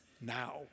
now